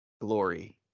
glory